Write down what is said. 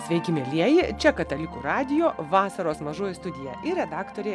sveiki mielieji čia katalikų radijo vasaros mažoji studija ir redaktorė